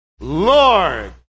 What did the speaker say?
Lord